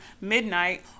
midnight